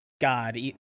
God